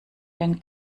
den